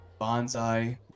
Bonsai